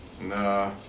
Nah